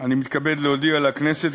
אני מתכבד להודיע לכנסת,